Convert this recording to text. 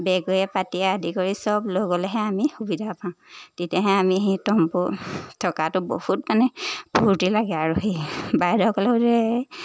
বেগে পাতিয়া আদি কৰি চব লৈ গ'লেহে আমি সুবিধা পাওঁ তেতিয়াহে আমি সেই তম্বুত থকাটো বহুত মানে ফূৰ্তি লাগে আৰু সেই